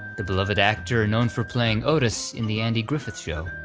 the beloved actor, known for playing otis in the andy griffith show,